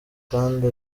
kandi